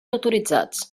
autoritzats